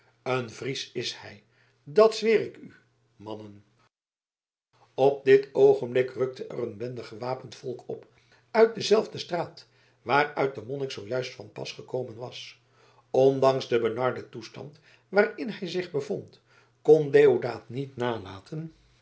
een fries is hij dat zweer ik u mannen op dit oogenblik rukte er een bende gewapend volk op uit dezelfde straat waaruit de monnik zoo juist van pas gekomen was ondanks den benarden toestand waarin hij zich bevond kon deodaat niet nalaten